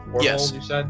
Yes